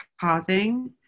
pausing